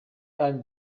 anne